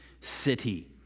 city